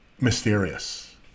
Mysterious